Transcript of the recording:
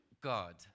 God